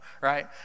right